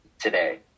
today